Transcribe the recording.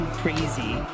crazy